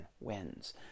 wins